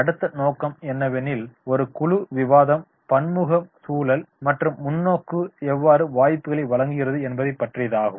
அடுத்த நோக்கம் என்னவெனில் ஒரு குழு விவாதம் பன்முக சூழல் மற்றும் முன்னோக்கு எவ்வாறு வாய்ப்புகளை வழங்குகிறது என்பதை பற்றியதாகும்